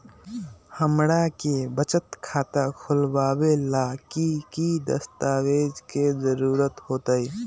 हमरा के बचत खाता खोलबाबे ला की की दस्तावेज के जरूरत होतई?